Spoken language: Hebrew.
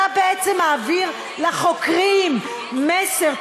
אתה בעצם מעביר לחוקרים מסר.